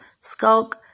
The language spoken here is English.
Skulk